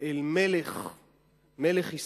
אל מלך ישראל.